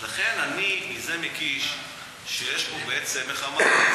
לכן אני מזה מקיש שיש פה בעצם, איך אמרת?